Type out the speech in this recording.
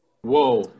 Whoa